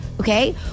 Okay